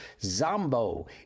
Zombo